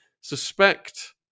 suspect